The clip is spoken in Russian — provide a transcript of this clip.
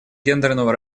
гендерного